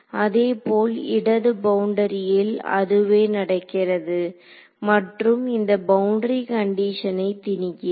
அதேபோல் இடது பவுண்டரியில் அதுவே நடக்கிறது மற்றும் இந்த பவுண்டரி கண்டிஷனை திணிக்கிறேன்